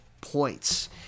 points